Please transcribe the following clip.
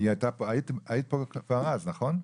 היית פה כבר אז, נכון?